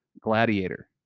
Gladiator